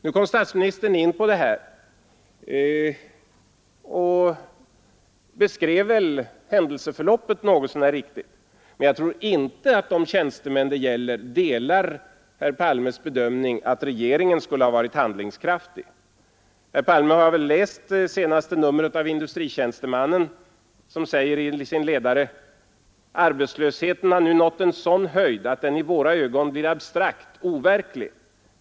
Nu kom statsministern in på detta, och han beskrev väl händelseförloppet något så när riktigt. Men jag tror inte att de tjänstemän det gäller delar herr Palmes bedömning att regeringen skulle ha varit handlingskraf tig. Herr Palme har väl läst senaste numret av Industritjänstemannen, som säger i sin ledare: ”Arbetslösheten har nu nått en sådan höjd att den i våra ögon blir abstrakt, overklig.